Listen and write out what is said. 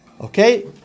Okay